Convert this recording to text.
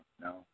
no